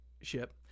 ship